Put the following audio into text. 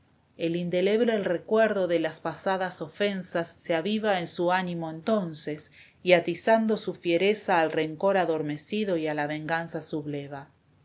el indeleble recuerdo de las pasadas ofensas se aviva en su ánimo entonces y atizando su fiereza al rencor adormecido y a la venganza subleva